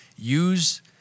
use